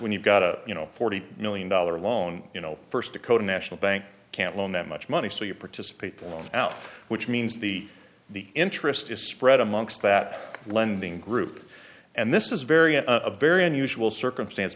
when you've got a you know forty million dollar loan you know first decode a national bank can't loan that much money so you participate the loan out which means the the interest is spread amongst that lending group and this is very a very unusual circumstance